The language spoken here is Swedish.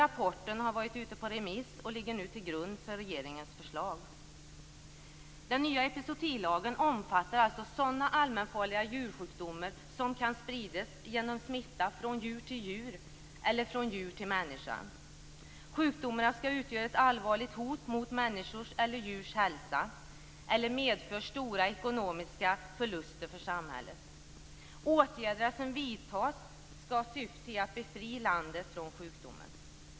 Rapporten har varit ute på remiss och ligger nu till grund för regeringens förslag. Den nya epizootilagen omfattar sådana allmänfarliga djursjukdomar som kan spridas genom smitta från djur till djur eller från djur till människa. Sjukdomarna skall utgöra ett allvarligt hot mot människors eller djurs hälsa eller medföra stora ekonomiska förluster för samhället. Åtgärderna som vidtas skall syfta till att befria landet från sjukdomen.